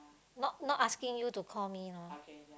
not not asking you to call me lah